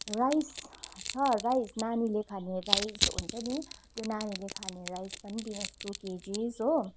rice छ rice नानीले खाने राइस हुन्छ नि त्यो नानीहरले खाने राइस पनि दिनुहोस् टू केजी हो